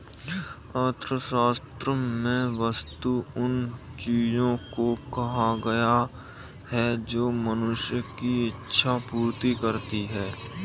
अर्थशास्त्र में वस्तु उन चीजों को कहा गया है जो मनुष्य की इक्षा पूर्ति करती हैं